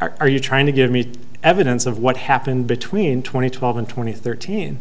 are you trying to give me evidence of what happened between twenty twelve and twenty thirteen